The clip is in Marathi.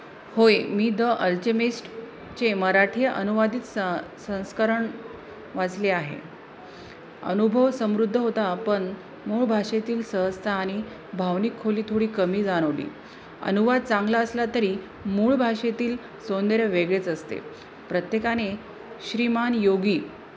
होय मी द अल्चेमिस्टचे मराठी अनुवादित स संस्करण वाचले आहे अनुभव समृद्ध होता पण मूळ भाषेतील सहजता आणि भावनिक खोली थोडी कमी जाणवली अनुवाद चांगला असला तरी मूळ भाषेतील सौंदर्य वेगळेच असते प्रत्येकाने श्रीमान योगी